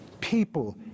People